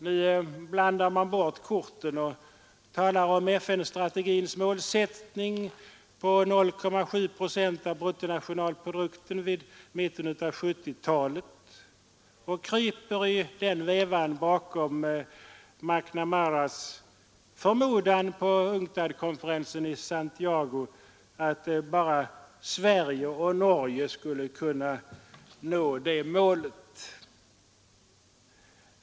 Nu blandar man bort korten och talar om FN-strategins målsättning på 0,7 procent av bruttonationalprodukten vid mitten av 1970-talet och kryper i den vevan bakom McNamaras förmodan på UNCTAD-konferensen i Santiago att bara Sverige och Norge skulle kunna nå det målet.